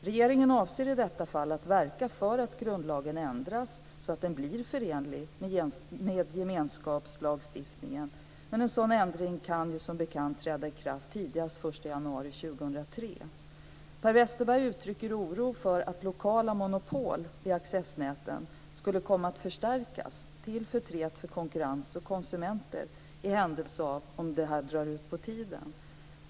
Regeringen avser i detta fall att verka för att grundlagen ändras så att den blir förenlig med gemenskapslagstiftningen, men en sådan ändring kan som bekant träda i kraft tidigast den 1 januari 2003. Per Westerberg uttrycker oro för att lokala monopol i accessnäten skulle komma att förstärkas till förtret för konkurrens och konsumenter i händelse av att det här drar ut på tiden.